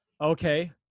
okay